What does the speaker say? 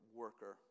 worker